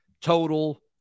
total